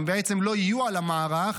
הם בעצם לא יהיו על המערך,